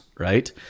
Right